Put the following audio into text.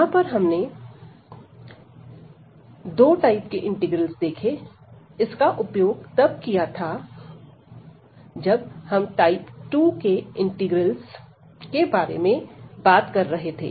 वहां पर हमने दो टाइप की इंटीग्रल्स देखें इसका उपयोग तब किया गया था जब हम टाइप 2 के इंटीग्रल्स के बारे में बात कर रहे थे